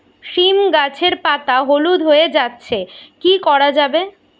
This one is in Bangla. সীম গাছের পাতা হলুদ হয়ে যাচ্ছে কি করা যাবে?